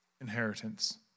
inheritance